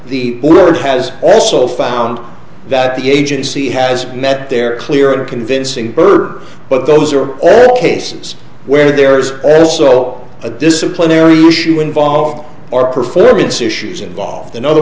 the board has also found that the agency has met their clear and convincing burke but those are cases where there is also a disciplinary issue involved or performance issues involved in other